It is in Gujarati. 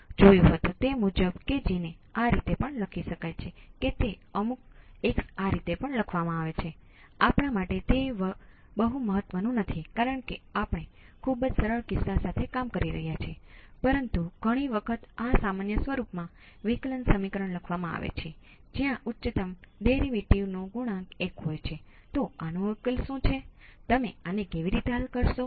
જેમ મેં કહ્યું હતું કે શ્રેણી સંયોજન હંમેશા કેટલીક નિશ્ચિતતાઓ સાથે આવે છે પરંતુ આપણે તે વસ્તુઓને હાલમાં અવગણીશું અને તેને પ્રથમ ઓર્ડર સર્કિટ કહીશું